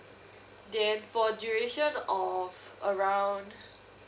then for duration of around